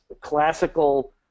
classical